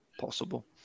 possible